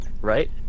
right